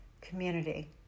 community